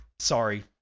Sorry